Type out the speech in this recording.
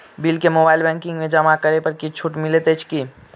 Bill केँ mobile banking सँ जमा करै पर किछ छुटो मिलैत अछि की?